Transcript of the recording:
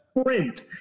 sprint